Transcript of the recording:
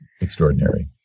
extraordinary